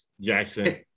Jackson